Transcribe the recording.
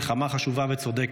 מלחמה חשובה וצודקת,